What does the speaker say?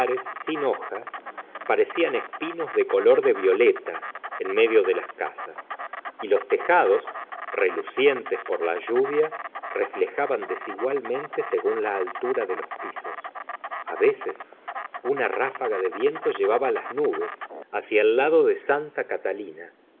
sin hojas parecían espinos de color de violeta en medio de las casas y los tejados reluc ientes por la lluvia reflejaban desigualmente según la altura de los pisos a veces una ráfaga de viento llevaba las nubes hacia el lado de santa catalina